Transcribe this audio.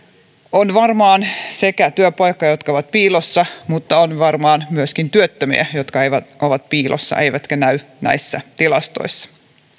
on varmaan työpaikkoja jotka ovat piilossa mutta on varmaan myöskin työttömiä jotka ovat piilossa eivätkä näy näissä tilastoissa